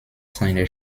seiner